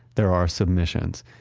there are submissions.